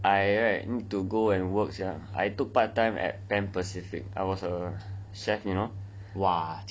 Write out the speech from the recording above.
I right need to go and work sia I took part time at Pan Pacific I was a chef you know